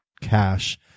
cash